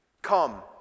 Come